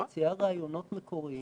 ומוציאה רעיונות מקוריים